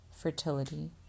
Fertility